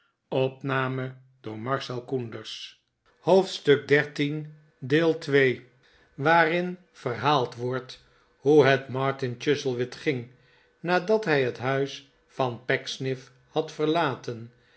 hoofdstuk xiii waarin verhaald wordt hoe het martin chuzzlewit ging nadat hij het huis van pecksniff had verlaten